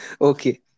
okay